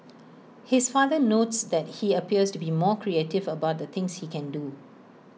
his father notes that he appears to be more creative about the things he can do